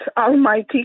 Almighty